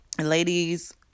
ladies